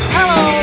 Hello